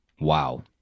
Wow